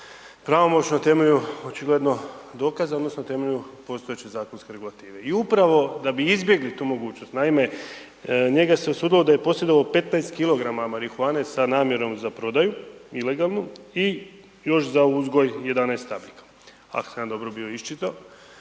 pravomoćno temelju očigledno dokaza odnosno temelju postojeće zakonske regulative. I upravo da bi izbjegli tu mogućnost, naime, njega se osudilo da je posjedovao 15 kilograma marihuane sa namjerom za prodaju ilegalnu, i još za uzgoj 11 stabljika, ako sam ja dobro bio isčit'o.